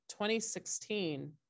2016